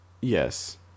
Yes